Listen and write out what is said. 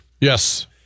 Yes